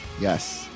Yes